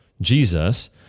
Jesus